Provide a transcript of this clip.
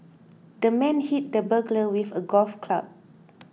the man hit the burglar with a golf club